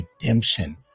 redemption